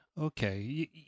Okay